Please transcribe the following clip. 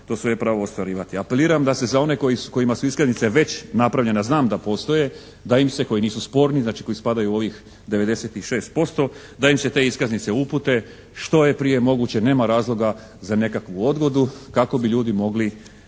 to svoje pravo ostvarivati. Apeliram da se za one kojima su iskaznice već napravljene, a znam da postoje da im se, koji nisu sporni znači koji spadaju u ovih 96% da im se te iskaznice upute što je prije moguće. Nema razloga za nekakvu odgodu kako bi ljudi mogli